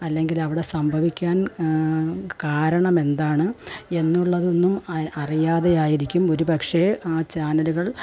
അല്ലെങ്കിലവിടെ സംഭവിക്കാൻ കാരണമെന്താണ് എന്നുള്ളതൊന്നും അറിയാതെ ആയിരിക്കും ഒരുപക്ഷെ ആ ചാനലുകൾ കാര്യങ്ങൾ